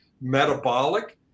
Metabolic